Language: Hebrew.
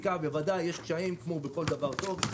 בוודאי, יש קשיים כמו בכל דבר טוב.